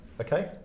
Okay